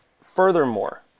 Furthermore